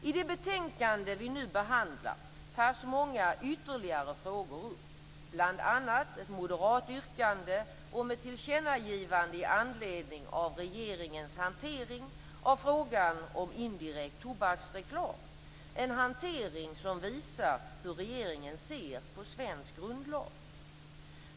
I det betänkande vi nu behandlar tas många ytterligare frågor upp, bl.a. ett moderat yrkande om ett tillkännagivande med anledning av regeringens hantering av frågan om indirekt tobaksreklam - en hantering som visar hur regeringen ser på svensk grundlag.